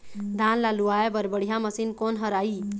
धान ला लुआय बर बढ़िया मशीन कोन हर आइ?